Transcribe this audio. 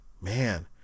man